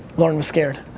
lauren was scared.